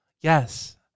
yes